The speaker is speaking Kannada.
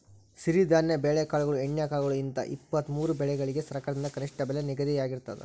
ಸಿರಿಧಾನ್ಯ ಬೆಳೆಕಾಳುಗಳು ಎಣ್ಣೆಕಾಳುಗಳು ಹಿಂತ ಇಪ್ಪತ್ತಮೂರು ಬೆಳಿಗಳಿಗ ಸರಕಾರದಿಂದ ಕನಿಷ್ಠ ಬೆಲೆ ನಿಗದಿಯಾಗಿರ್ತದ